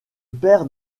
père